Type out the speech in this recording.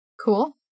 Cool